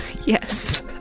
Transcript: Yes